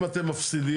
אם אתם מפסידים,